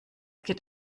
geht